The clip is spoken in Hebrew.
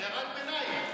הערת ביניים.